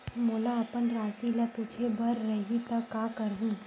मोला अपन राशि ल पूछे बर रही त का करहूं?